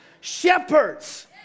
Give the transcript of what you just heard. shepherds